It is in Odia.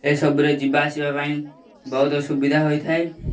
ଏସବୁରେ ଯିବା ଆସିବା ପାଇଁ ବହୁତ ସୁୁବିଧା ହୋଇଥାଏ